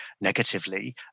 negatively